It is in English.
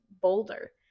boulder